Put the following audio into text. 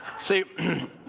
See